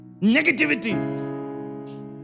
negativity